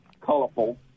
colorful